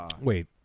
Wait